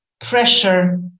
pressure